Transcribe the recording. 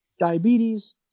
diabetes